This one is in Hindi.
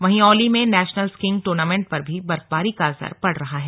वहीं औली में नेशनल स्कीइंग टूर्नामेंट पर भी बर्फबारी का असर पड़ रहा है